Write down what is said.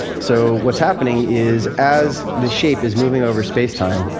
so what's happening is, as the shape is moving over space-time,